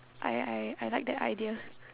I I I like that idea